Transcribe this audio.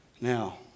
Now